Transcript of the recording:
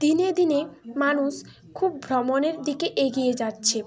দিনে দিনে মানুষ খুব ভ্রমণের দিকে এগিয়ে যাচ্ছে